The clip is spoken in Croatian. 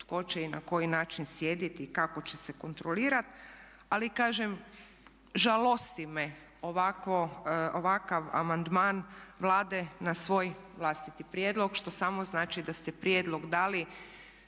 tko će i na koji način sjediti i kako će se kontrolirati, ali kažem žalosti me ovakav amandman Vlade na svoj vlastiti prijedlog što samo znači da ste prijedlog dali